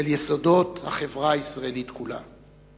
אל יסודות החברה הישראלית כולה.